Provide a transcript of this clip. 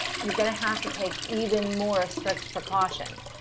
you're going to have to take even more strict precautions.